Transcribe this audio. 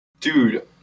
Dude